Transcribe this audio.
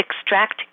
extract